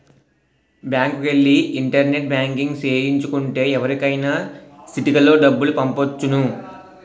బ్యాంకుకెల్లి internet banking సేయించు కుంటే ఎవరికైనా సిటికలో డబ్బులు పంపొచ్చును